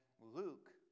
Luke